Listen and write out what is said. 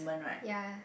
ya